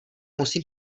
musím